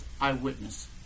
eyewitness